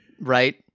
right